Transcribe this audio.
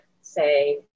say